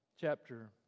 chapter